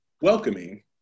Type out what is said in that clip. welcoming